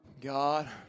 God